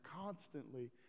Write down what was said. constantly